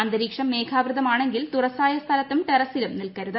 അന്തരീക്ഷം മേഘാവൃതമാണെങ്കിൽ തുറസായ സ്ഥലത്തും ടെറസ്സിലും നിൽക്കരുത്